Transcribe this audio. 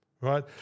Right